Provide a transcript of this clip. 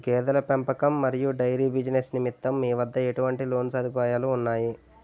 గేదెల పెంపకం మరియు డైరీ బిజినెస్ నిమిత్తం మీ వద్ద ఎటువంటి లోన్ సదుపాయాలు ఉన్నాయి?